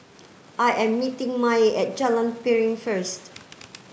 I am meeting Mae at Jalan Piring first